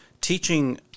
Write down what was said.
teaching